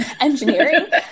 engineering